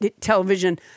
television